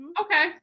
Okay